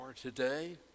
today